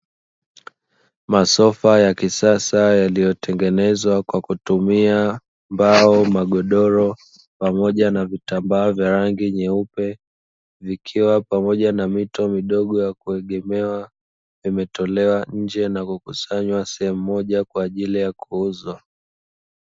Masofa ya kisasa yaliyotengenezwa kwa kutumia mbao, magodoro, pamoja na vitambaa vya rangi nyeupe vikiwa pamoja na mito midogo ya kuegemea, vimetolewa nje na kukusanywa sehemu moja kwa ajili ya kuuzwa.